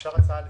אפשר הצעה לסדר?